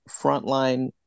frontline